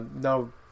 No